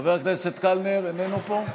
חבר הכנסת קלנר, איננו פה?